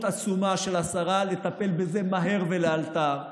עצומה של השרה לטפל בזה מהר ולאלתר,